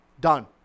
Done